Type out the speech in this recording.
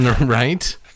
Right